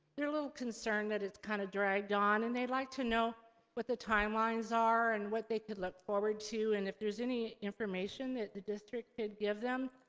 they're a little concerned that it's kinda dragged on, and they'd like to know what the timelines are, and what they could look forward to, and if there's any information that the district could give them.